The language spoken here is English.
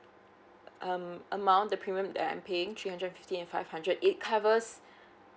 um amount the premium that I'm paying three hundred fifty and five hundred it covers